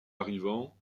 arrivant